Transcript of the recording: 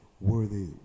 worthy